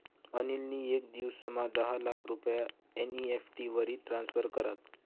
अनिल नी येक दिवसमा दहा लाख रुपया एन.ई.एफ.टी वरी ट्रान्स्फर करात